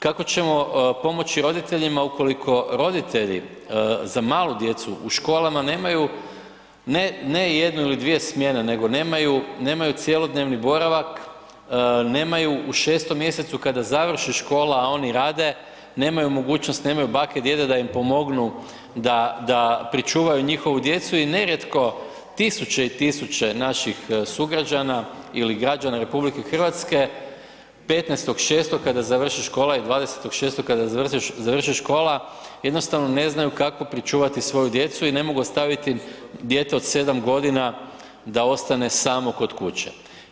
Kako ćemo pomoći roditeljima ukoliko roditelji za malu djecu u školama nemaju, ne, ne jednu ili dvije smjene nego nemaju, nemaju cjelodnevni boravak, nemaju u 6. mjesecu kada završi škola, a oni rade, nemaju mogućnost, nemaju bake i djedove da im pomognu da, da pričuvaju njihovu djecu i nerijetko tisuće i tisuće naših sugrađana ili građana RH 15.6. kada završi škola i 20.6. kada završi škola jednostavno ne znaju kako pričuvati svoju djecu i ne mogu ostaviti dijete od 7.g. da ostane samo kod kuće.